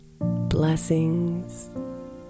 Blessings